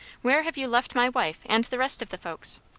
where have you left my wife and the rest of the folks?